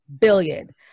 billion